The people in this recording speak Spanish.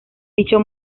dicho